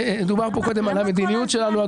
דובר פה קודם על המדיניות שלנו.